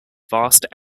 vast